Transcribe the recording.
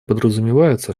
подразумевается